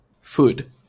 Food